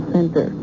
Center